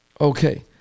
okay